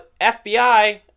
FBI